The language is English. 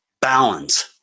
balance